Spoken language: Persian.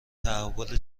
تحول